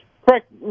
Correct